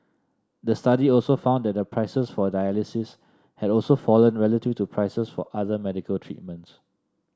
the study also found that the prices for dialysis had also fallen relative to prices for other medical treatments